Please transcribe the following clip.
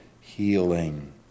healing